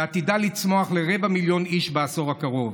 ועתידה לצמוח לרבע מיליון איש בעשור הקרוב.